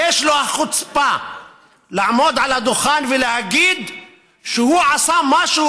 יש לו החוצפה לעמוד על הדוכן ולהגיד שהוא עשה משהו